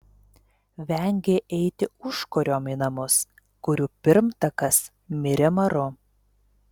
vengė eiti užkuriom į namus kurių pirmtakas mirė maru